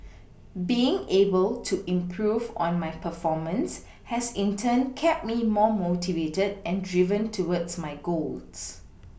being able to improve on my performance has in turn kept me more motivated and driven towards my goals